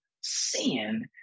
sin